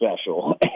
special